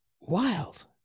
wild